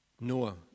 Noah